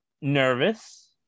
nervous